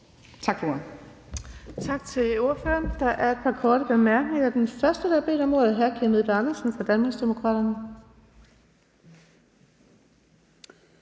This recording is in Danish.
Tak for ordet.